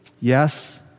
Yes